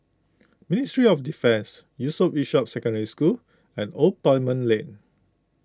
Ministry of Defence Yusof Ishak Secondary School and Old Parliament Lane